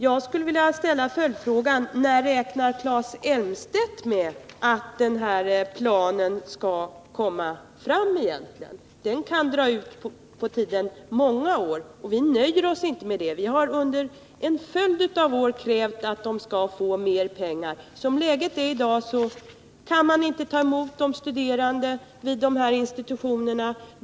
Jag skulle vilja ställa en följdfråga: När räknar Claes Elmstedt med att den här planen skall bli klar? Det kan ta många år, men vi nöjer oss inte med detta. Under en följd av år har vi krävt att det skall anslås mer pengar. Som läget är i dag kan man vid de här institutionerna inte ta emot de studerande.